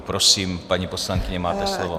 Prosím, paní poslankyně, máte slovo.